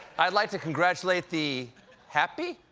i'd like to congratulate the happy?